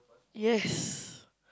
yes